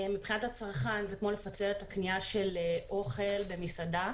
מבחינת הצרכן זה כמו לפצל את הקנייה של אוכל במסעדה